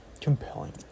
compelling